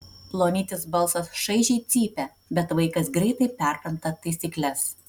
plonytis balsas šaižiai cypia bet vaikas greitai perpranta taisykles